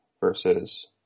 versus